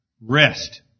Rest